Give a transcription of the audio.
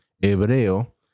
hebreo